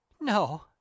No